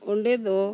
ᱚᱸᱰᱮ ᱫᱚ